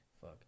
Fuck